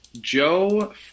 Joe